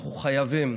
אנחנו חייבים,